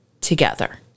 together